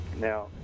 Now